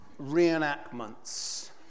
reenactments